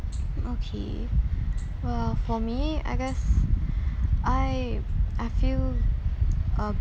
okay well for me I guess I I feel um